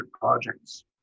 projects